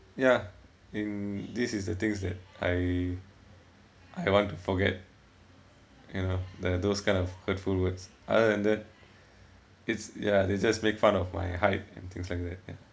ya in this is the things that I I want to forget you know thee those kind of hurtful words other than that it's ya they just make fun of my height and things like that